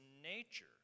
nature